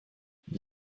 mit